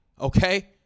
Okay